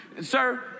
sir